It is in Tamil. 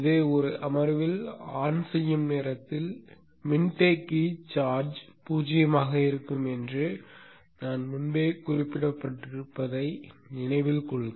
இந்த அமர்வில் ஆன் செய்யும் நேரத்தில் மின்தேக்கி சார்ஜ் பூஜ்ஜியமாக இருக்கும் என்று நான் முன்பே குறிப்பிட்டிருந்ததை நினைவில் கொள்க